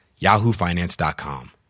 yahoofinance.com